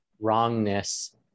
wrongness